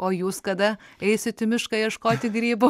o jūs kada eisit į mišką ieškoti grybų